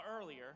earlier